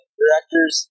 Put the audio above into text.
directors